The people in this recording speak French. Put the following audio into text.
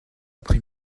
après